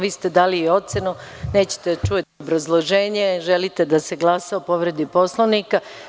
Vi ste dali ocenu, nećete da čujete obrazloženje, želite da se glasa o povredi Poslovnika.